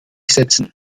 setzen